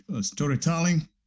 storytelling